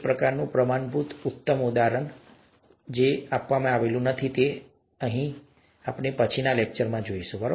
તે આ પ્રકારનું બહુ પ્રમાણભૂત અથવા ઉત્તમ ઉદાહરણ નથી પરંતુ મેન્ડેલિયન જિનેટિક્સ એ કંઈક છે જેને આપણે પછીના લેક્ચરમાં જોઈશું